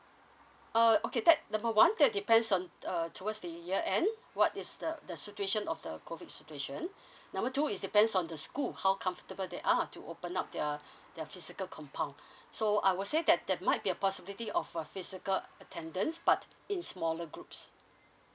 uh okay that number one that depends on uh towards the year end what is the the situation of the COVID situation number two is depends on the school how comfortable they are to open up their their physical compound so I would say that there might be a possibility of a physical attendance but in smaller groups